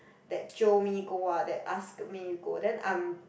that jio me go ah that ask me go then I'm